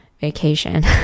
vacation